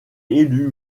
élu